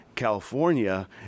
California